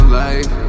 life